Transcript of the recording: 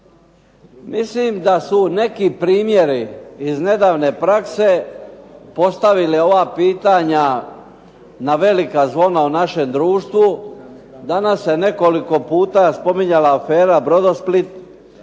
Mislim da su neki primjeri iz nedavne prakse postavili ova pitanja na velika zvona u našem društvu. Danas se nekoliko puta spominjala afera "Brodosplit".